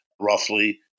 roughly